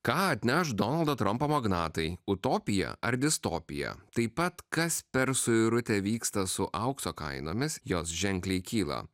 ką atneš donaldo trampo magnatai utopiją ar distopiją taip pat kas per suirutė vyksta su aukso kainomis jos ženkliai kyla